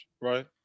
right